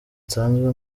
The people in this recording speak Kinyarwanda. nsanzwe